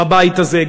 בבית הזה,